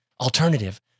Alternative